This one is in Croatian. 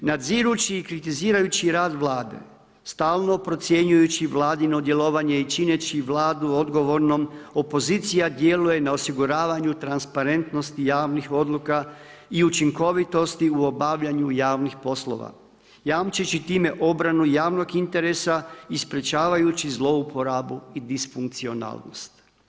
Nadzirući i kritizirajući rad vlade, stalno procjenjujući vladino djelovanje i čineći vladu odgovornom, opozicija djeluje na osiguravanju transparentnosti javnih odluka i učinkovitosti u obavljanju javnih poslova jamčeći time obranu javnog interesa i sprečavajući zlouporabu i disfunkcionalnost.